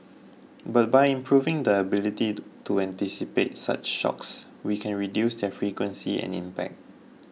but by improving the ability to anticipate such shocks we can reduce their frequency and impact